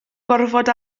gorfod